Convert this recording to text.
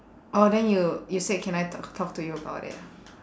orh then you you said can I talk talk to you about it